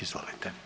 Izvolite.